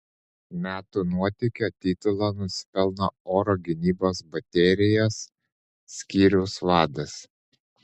metų nuotykio titulo nusipelno oro gynybos baterijos skyriaus vadas